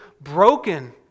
broken